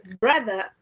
brother